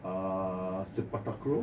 err sepak takraw